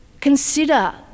consider